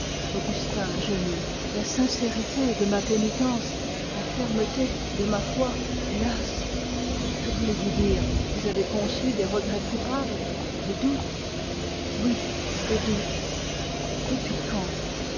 augustin gémit la sincérité de ma pénitence la fermeté de ma foi hélas que voulez-vous dire vous avez conçu des regrets coupables des doutes oui des doutes depuis quand